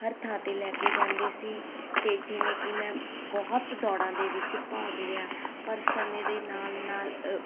ਹਰ ਥਾਂ 'ਤੇ ਲੈ ਕੇ ਜਾਂਦੇ ਸੀ ਅਤੇ ਜਿਵੇਂ ਕਿ ਮੈਂ ਬਹੁਤ ਦੌੜਾਂ ਦੇ ਵਿੱਚ ਭਾਗ ਲਿਆ ਪਰ ਸਮੇਂ ਦੇ ਨਾਲ ਨਾਲ